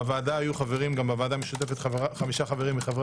בוועדה המשותפת יהיו חברים 5 חברים מחברי